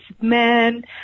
man